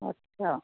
अच्छा